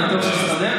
אני בטוח שזה יסתדר.